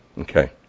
Okay